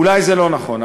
אולי זה לא נכון,